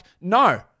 No